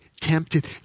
tempted